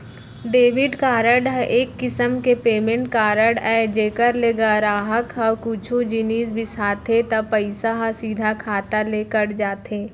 debit card ह एक किसम के पेमेंट कारड अय जेकर ले गराहक ह कुछु जिनिस बिसाथे त पइसा ह सीधा खाता ले कट जाथे